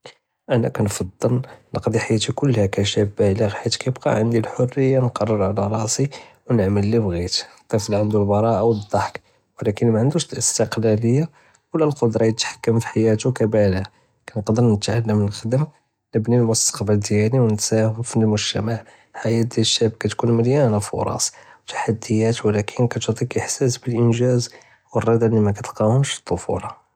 אנא כנפעל נקדי חיאתי כולה כסאבא בילג חית כיבקה ענדי אלחריה נקדר עלא ראסי ונעמל אללי בג'ית. אלטף ענדו אלבראעה ואלדחכ ולקין מענדוש אלאסתיקלאליה ולא אלקדרה יתהכם פי חיאתו. כסאבא נוקדר נתעלם נחדם ונבני אלמוסטקבל דיאלי ונתסתאהם פי אלמוגתמע. חיאת אלסאב כתכון מלאנה פוראס ותחדיאת ולקין כتعטיכ אחהס באלנג'אז ואלרצא אללי מתלקאהומש פי אלטפולה.